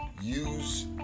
use